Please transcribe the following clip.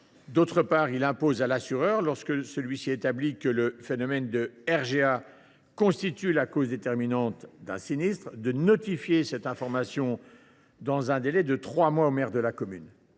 D’autre part, il impose à l’assureur, lorsque celui ci établit que le phénomène de RGA constitue la cause déterminante d’un sinistre, de notifier cette information au maire de la commune